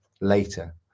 later